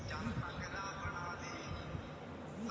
ইক রকমের খেল্লা যেটা থ্যাইকে বাচ্চা খেলে